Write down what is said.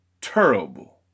terrible